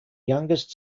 youngest